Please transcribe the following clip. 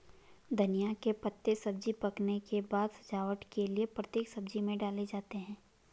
धनिया के पत्ते सब्जी पकने के बाद सजावट के लिए प्रत्येक सब्जी में डाले जाते हैं